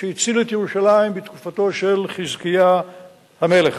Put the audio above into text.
שהציל את ירושלים בתקופתו של חזקיה המלך,